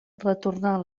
retornar